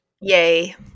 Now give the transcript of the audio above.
Yay